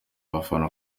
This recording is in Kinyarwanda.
abafana